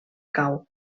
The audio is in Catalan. cau